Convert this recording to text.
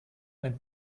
ein